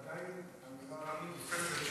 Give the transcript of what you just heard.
ועדיין האמירה הזאת,